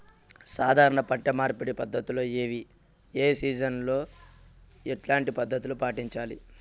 సాధారణ పంట మార్పిడి పద్ధతులు ఏవి? ఏ సీజన్ లో ఎట్లాంటి పద్ధతులు పాటించాలి?